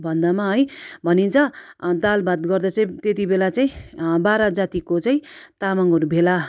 भन्दा है भनिन्छ दाल भात गर्दा चाहिँ त्यति बेला चाहिँ बाह्र जातिको चाहिँ तामाङहरू भेला